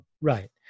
Right